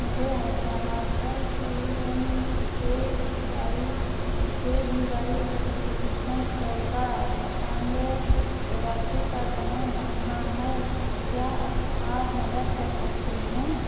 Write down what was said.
मुझे हैदराबाद पर P M K Y K V Y प्रशिक्षण चौदह सत्तानबे चौरासी का समय जानना है क्या आप मदद कर सकते हैं